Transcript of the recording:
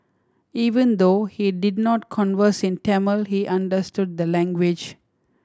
even though he did not converse in Tamil he understood the language